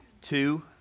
two